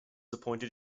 appointed